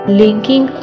linking